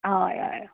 हय हय